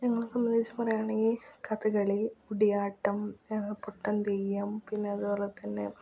ഞങ്ങളെ സംബന്ധിച്ച് പറയുകയാണെങ്കിൽ കഥകളി കൂടിയാട്ടം പൊട്ടന് തെയ്യം പിന്നെ അതുപോലെ തന്നെ